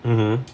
mmhmm